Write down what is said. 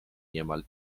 niemal